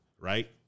right